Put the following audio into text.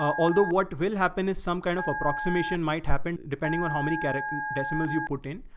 although what will happen is some kind of approximation might happen depending on how many character decimals you put in.